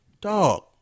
Dog